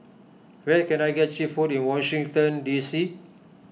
where can I get Cheap Food in Washington D C